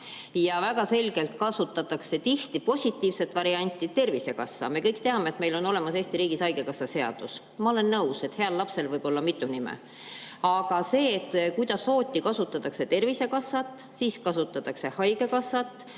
Väga selgelt kasutatakse tihti positiivset varianti, sõna "tervisekassa". Me kõik teame, et meil on olemas Eesti riigis haigekassa seadus. Ma olen nõus, et heal lapsel võib olla mitu nime. Aga see, kuidas hooti kasutatakse "tervisekassat" ja siis kasutatakse "haigekassat",